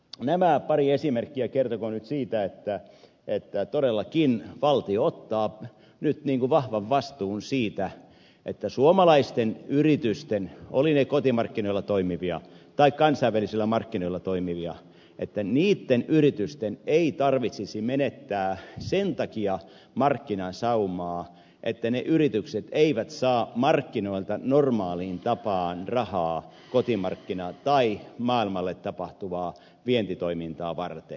nämä pari esimerkkiä kertokoot nyt siitä että todellakin valtio ottaa vahvan vastuun siitä että suomalaisten yritysten olivat ne kotimarkkinoilla toimivia tai kansainvälisillä markkinoilla toimivia ei tarvitsisi menettää sen takia markkinasaumaa että ne yritykset eivät saa markkinoilta normaaliin tapaan rahaa kotimarkkinoita tai maailmalle tapahtuvaa vientitoimintaa varten